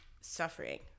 suffering